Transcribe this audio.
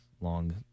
long